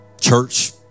Church